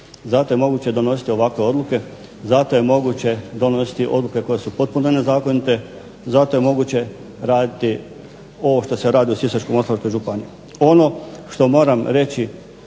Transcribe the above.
Zato je moguće donositi ovakve odluke, zato je moguće donositi odluke koje su potpuno nezakonite, zato je moguće raditi ovo što se radi u Sisačko-moslavačkoj županiji. Ono što moram reći